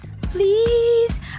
Please